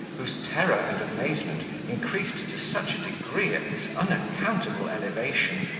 whose terror and amazement increased to such a degree at this unaccountable elevation,